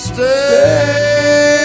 Stay